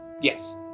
Yes